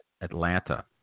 Atlanta